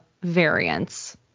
variants